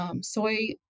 Soy